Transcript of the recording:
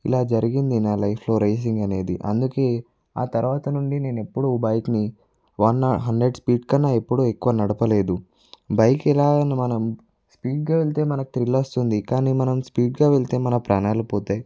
ఇలా జరిగింది నాలైఫ్లో రైసింగ్ అనేది అందుకే ఆ తర్వాత నుండి నేనెప్పుడూ బైక్ని వన్ నా హండ్రెడ్ స్పీడ్ కన్నా ఎప్పుడూ ఎక్కువ నడపలేదు బైక్ ఎలాగైనా మనం స్పీడ్గా వెళ్తే మనకి త్రిల్ వస్తుంది కానీ మనం స్పీడ్గా వెళ్తే మన ప్రాణాలు పోతాయి